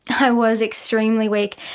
i was extremely weak.